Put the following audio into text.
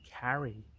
carry